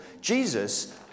Jesus